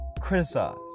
Criticize